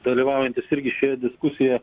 dalyvaujantis irgi šioje diskusijoje